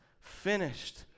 finished